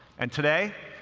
and today,